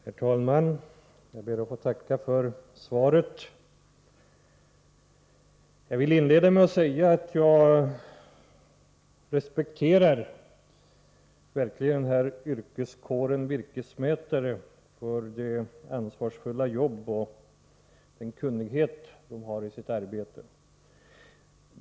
Herr talman! Jag ber att få tacka för svaret. Jag vill inleda med att säga att jag verkligen respekterar den här yrkeskåren — virkesmätarna — för deras ansvarsfulla jobb och för den kunnighet de visar i sitt arbete.